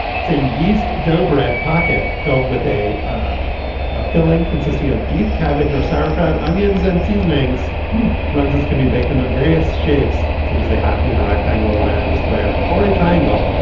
it's a a yeast dough bread pocket filled with a a a filling consisting of beef cabbage or sauerkraut onions and seasonings runs as can be baked into various shapes so is a half me interact angle around a square or a triangle.